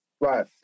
Right